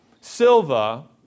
Silva